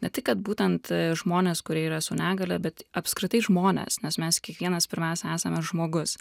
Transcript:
ne tai kad būtent žmones kurie yra su negalia bet apskritai žmones nes mes kiekvienas pirmiausia esame žmogus